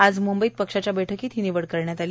आज मुंबईत पक्षाच्या बैठकीत ही विवड करण्यात आली